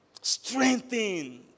Strengthened